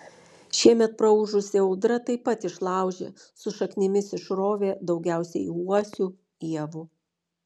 šiemet praūžusi audra taip pat išlaužė su šaknimis išrovė daugiausiai uosių ievų